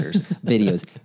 videos